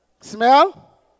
Smell